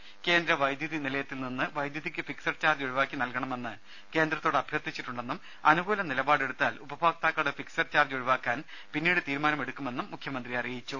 രുക കേന്ദ്ര വൈദ്യുതി നിലയത്തിൽ നിന്നുള്ള വൈദ്യുതിക്ക് ഫിക്സഡ് ചാർജ്ജ് ഒഴിവാക്കി നൽകണമെന്ന് കേന്ദ്രത്തോട് അഭ്യർത്ഥിച്ചിട്ടുണ്ടെന്നും അനുകൂല നിലപാടെടുത്താൽ ഉപഭോക്താക്കളുടെ ഫിക്സഡ് ചാർജ്ജ് ഒഴിവാക്കാൻ പിന്നീട് തീരുമാനം എടുക്കുമെന്നും മുഖ്യമന്ത്രി പറഞ്ഞു